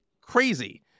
crazy